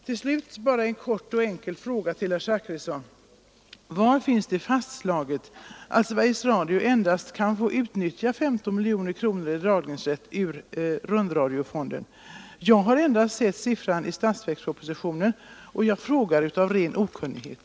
Slutligen bara en kort och enkel fråga till herr Zachrisson: Var finns det fastslaget att Sveriges Radio endast skall få utnyttja 15 miljoner kronor i dragningsrätt ur rundradiofonden? Jag har endast sett det beloppet i statsverkspropositionen och jag frågar av ren okunnighet.